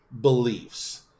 beliefs